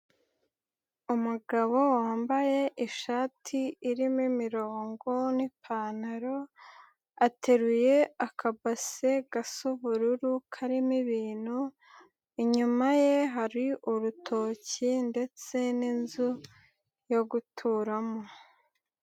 Umugabo wambaye ishati irimo imirongo n'ipantaro ateruye akabase gasa ubururu karimo ibintu, inyuma ye hari urutoki ndetse n'inzu yo guturamo.